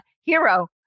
hero